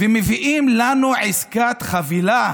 ומביאים לנו עסקת חבילה,